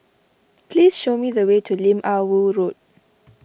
please show me the way to Lim Ah Woo Road